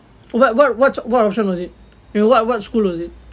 what what what what option was it what what school was it